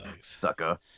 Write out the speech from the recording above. sucker